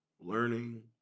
learning